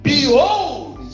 Behold